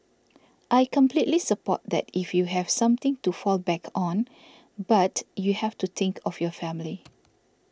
I completely support that if you have something to fall back on but you have to think of your family